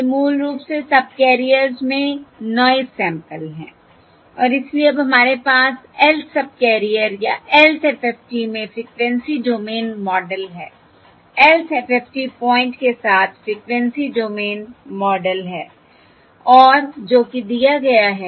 ये मूल रूप से सबकैरियर्स में नॉयस सैंपल्स हैं और इसलिए अब हमारे पास lth सबकैरियर या lth FFT में फ़्रीक्वेंसी डोमेन मॉडल है lth FFT पॉइंट के साथ फ़्रीक्वेंसी डोमेन मॉडल है और जो कि दिया गया है